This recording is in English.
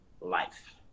life